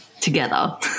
together